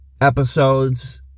episodes